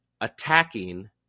attacking